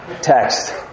text